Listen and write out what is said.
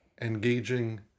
engaging